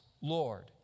Lord